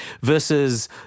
Versus